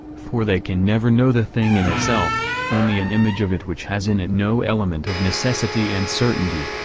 for they can never know the, thing in itself only an image of it which has in it no element of necessity and certainty,